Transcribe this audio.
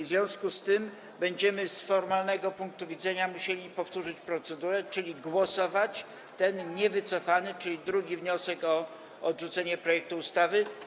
W związku z tym będziemy z formalnego punktu widzenia musieli powtórzyć procedurę, czyli głosować nad tym niewycofanym, drugim wnioskiem o odrzucenie projektu ustawy.